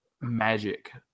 magic